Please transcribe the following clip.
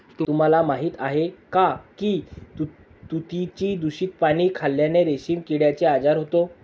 तुम्हाला माहीत आहे का की तुतीची दूषित पाने खाल्ल्याने रेशीम किड्याचा आजार होतो